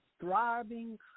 thriving